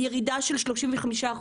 לירידה של 35%